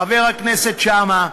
חבר הכנסת שאמה,